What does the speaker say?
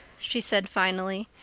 she said finally.